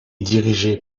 dirigé